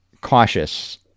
cautious